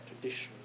tradition